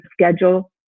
schedule